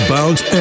Bounce